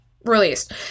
Released